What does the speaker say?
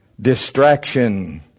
distraction